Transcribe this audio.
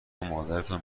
مادرتان